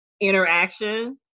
interaction